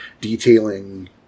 detailing